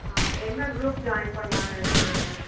ஆ என்ன group join பண்ணலான்னு இருக்கீங்க